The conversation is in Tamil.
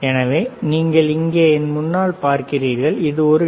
எனவே நீங்கள் இங்கே என் முன்னால் பார்க்கிறீர்கள் இது ஒரு டி